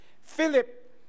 Philip